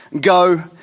Go